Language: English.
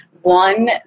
One